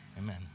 Amen